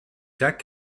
jack